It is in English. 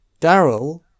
Daryl